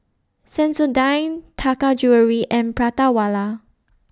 Sensodyne Taka Jewelry and Prata Wala